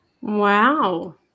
Wow